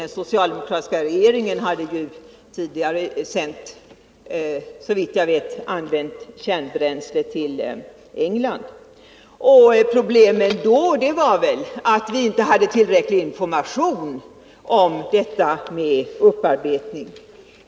Den socialdemokratiska regeringen hade tidigare sänt använt kärnbränsle till England för upparbetning. Problemet då var att vi inte hade tillräcklig information om upparbetningen.